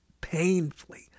painfully